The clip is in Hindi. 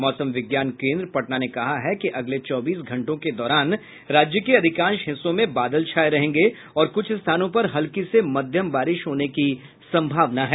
मौसम विज्ञान केन्द्र पटना ने कहा है कि अगले चौबीस घंटों के दौरान राज्य के अधिकांश हिस्सों में बादल छाये रहेंगे और कुछ स्थानों पर हल्की से मध्यम बारिश होने की संभावना है